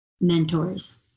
mentors